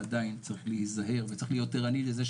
עדיין צריך להיזהר וצריך להיות ערני לזה,